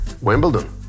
Wimbledon